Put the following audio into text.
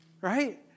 right